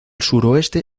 suroeste